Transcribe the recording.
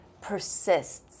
persists